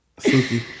Suki